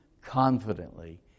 confidently